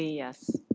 yes.